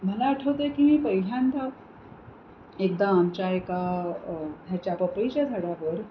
मला आठवत आहे की मी पहिल्यांदा एकदा आमच्या एका ह्याच्या पपईच्या झाडावर